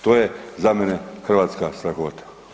To je za mene hrvatska strahota.